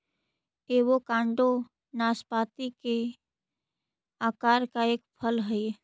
avocado नाशपाती के आकार का एक फल हई